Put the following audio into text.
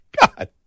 God